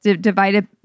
divided